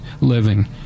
living